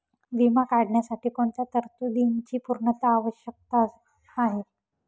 विमा काढण्यासाठी कोणत्या तरतूदींची पूर्णता आवश्यक आहे?